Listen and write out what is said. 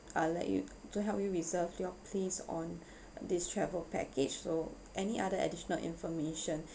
I'll let you to help you reserve your place on this travel package so any other additional information